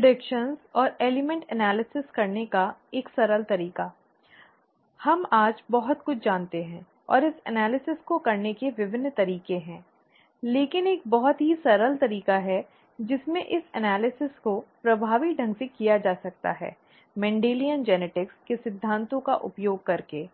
भविष्यवाणियों और तत्व विश्लेषण करने का एक सरल तरीका हम आज बहुत कुछ जानते हैं और इस विश्लेषण को करने के विभिन्न तरीके हैं लेकिन एक बहुत ही सरल तरीका है जिसमें इस विश्लेषण को प्रभावी ढंग से किया जा सकता है मेंडेलियन जेनेटिक्स 'Mendelian Genetics' के सिद्धांतों का उपयोग करके